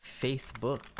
Facebook